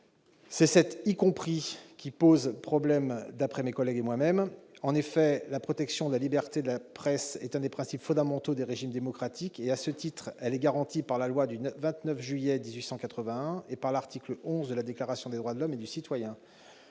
termes « y compris » qui posent problème à nos yeux. En effet, la protection de la liberté de la presse est l'un des principes fondamentaux des régimes démocratiques et, à ce titre, elle est garantie par la loi du 29 juillet 1881 et par l'article XI de la Déclaration des droits de l'homme et du citoyen.